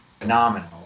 phenomenal